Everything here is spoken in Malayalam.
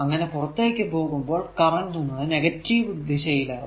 അങ്ങനെ പുറത്തേക്കു പോകുമ്പോൾ കറന്റ് എന്നത് നെഗറ്റീവ് ദിശയിലാകും